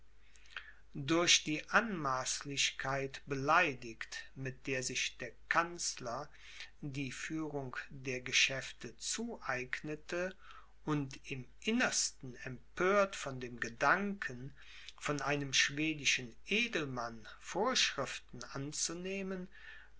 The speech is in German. durch die anmaßlichkeit beleidigt mit der sich der kanzler die führung der geschäfte zueignete und im innersten empört von dem gedanken von einem schwedischen edelmann vorschriften anzunehmen